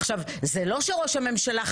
עכשיו זה לא שראש הממשלה חף מכל.